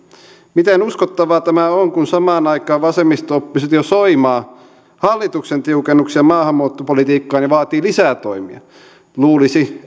miten uskottavaa tämä on kun samaan aikaan vasemmisto oppositio soimaa hallituksen tiukennuksia maahanmuuttopolitiikkaan ja vaatii lisää toimia luulisi